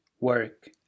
work